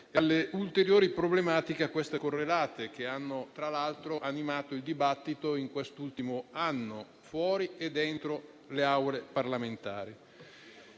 alle ulteriori problematiche a questa correlate, che hanno tra l'altro animato il dibattito in quest'ultimo anno, fuori e dentro le aule parlamentari.